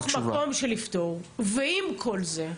מתוך מקום של לפתור, ועם כל זה,